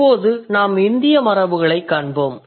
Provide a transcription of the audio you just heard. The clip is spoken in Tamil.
இப்போது நாம் இந்திய மரபுகளைக் காண்போம்